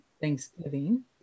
Thanksgiving